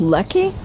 Lucky